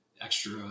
extra